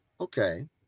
okay